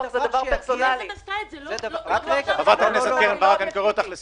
--- חברת הכנסת קרן ברק, אני קורא אותך לסדר.